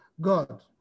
God